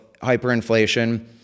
hyperinflation